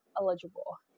eligible